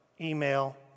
email